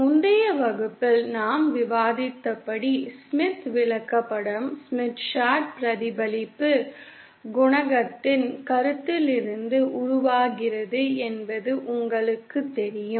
முந்தைய வகுப்பில் நாம் விவாதித்தபடி ஸ்மித் விளக்கப்படம் பிரதிபலிப்பு குணகத்தின் கருத்திலிருந்து உருவாகிறது என்பது உங்களுக்குத் தெரியும்